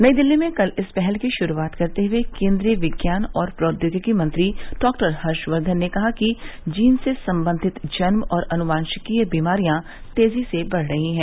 नई दिल्ली में कल इस पहल की शुरूआत करते हुए केन्द्रीय विज्ञान और प्रौद्योगिकी मंत्री डॉक्टर हर्षवर्धन ने कहा कि जीन से संबंधित जन्म और अनुवांशिकीय बीमारियां तेजी से बढ़ रही हैं